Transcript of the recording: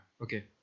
Okay